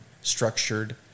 structured